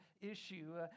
issue